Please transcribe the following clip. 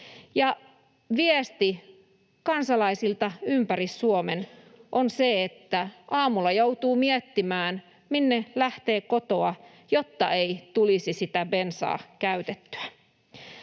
Viesti kansalaisilta ympäri Suomen on se, että aamulla joutuu miettimään, minne lähtee kotoa, jotta ei tulisi sitä bensaa käytettyä.